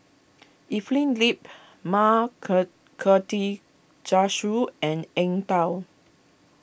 Evelyn Lip Ma Karthigesu and Eng Tow